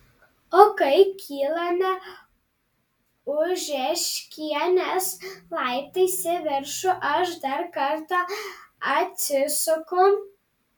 o kai kylame ožeškienės laiptais į viršų aš dar kartą atsisuku